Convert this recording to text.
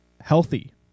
healthy